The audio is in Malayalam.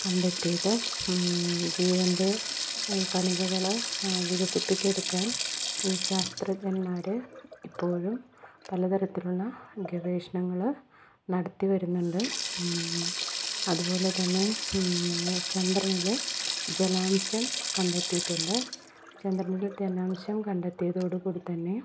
കണ്ടെത്തിയത് ജീവൻ്റെ കണികൾ വികസിപ്പിച്ചെടുക്കാൻ ഈ ശാസ്ത്രജ്ഞൻമാർ എപ്പോഴും പല തരത്തിലുള്ള ഗവേഷണങ്ങൾ നടത്തി വരുന്നുണ്ട് അതുപോലെ തന്നെ ചന്ദ്രനിലെ ജലാംശം കണ്ടെത്തിയിട്ടുണ്ട് ചന്ദ്രനിലെ ജലാംശം കണ്ടെത്തിയതോടു കൂടി തന്നെ